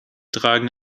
tragen